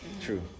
True